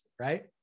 right